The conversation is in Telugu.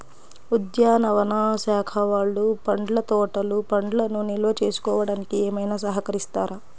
ఉద్యానవన శాఖ వాళ్ళు పండ్ల తోటలు పండ్లను నిల్వ చేసుకోవడానికి ఏమైనా సహకరిస్తారా?